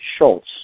Schultz